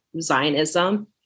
Zionism